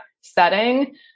setting